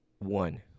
one